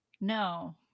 no